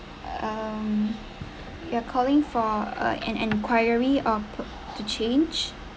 um you are calling for uh an enquiry or for to change